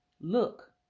look